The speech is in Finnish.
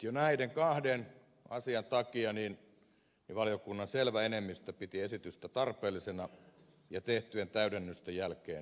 jo näiden kahden asian takia valiokunnan selvä enemmistö piti esitystä tarpeellisena ja tehtyjen täydennysten jälkeen myöskin hyvänä